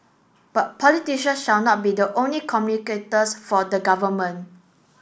but politician should not be the only communicators for the government